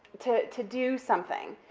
to to do something,